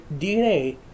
DNA